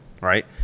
right